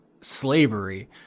slavery